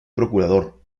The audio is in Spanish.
procurador